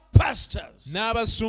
pastors